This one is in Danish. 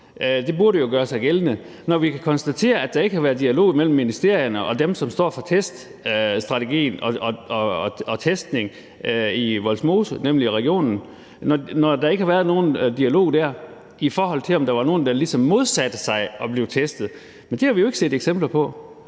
burde jo gøre sig gældende. Og vi kan konstatere, at der ikke har været dialog mellem ministerierne og dem, som står for teststrategien og testning i Vollsmose, nemlig regionen, i forhold til om der ligesom var nogen, der modsatte sig at blive testet – det har vi jo ikke set eksempler på.